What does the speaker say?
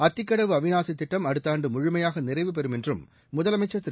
அத்திக்கடவு அவினாசித் திட்டம் அடுத்த ஆண்டு முழுமையாக நிறைவு பெறும் என்றும் முதலமைச்சர் திரு